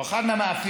או אחד המאפיינים,